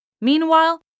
Meanwhile